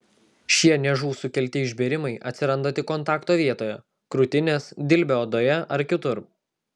šie niežų sukelti išbėrimai atsiranda tik kontakto vietoje krūtinės dilbio odoje ar kitur